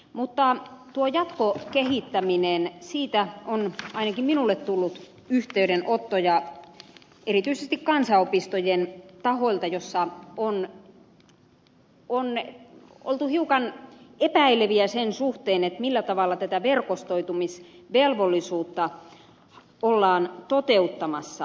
mutta tuosta jatkokehittämisestä on ainakin minulle tullut yhteydenottoja erityisesti kansanopistojen taholta joissa on oltu hiukan epäileviä sen suhteen millä tavalla tätä verkostoitumisvelvollisuutta ollaan toteuttamassa